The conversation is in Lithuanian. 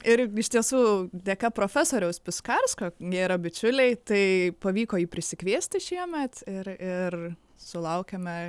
ir iš tiesų dėka profesoriaus piskarsko jie yra bičiuliai tai pavyko jį prisikviesti šiemet ir ir sulaukėme